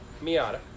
Miata